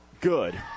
good